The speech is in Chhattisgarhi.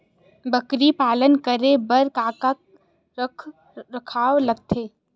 बकरी पालन करे बर काका रख रखाव लगथे?